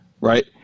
Right